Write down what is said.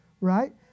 right